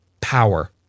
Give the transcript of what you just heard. power